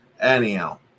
Anyhow